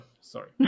Sorry